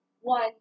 one